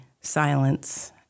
silence